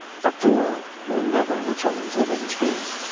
fraktur will never return to the mainstream.